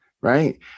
right